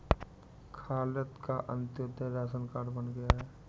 खालिद का Antyodaya ration card बन गया है